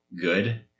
good